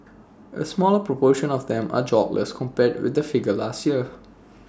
A smaller proportion of them are jobless compared with the figure last year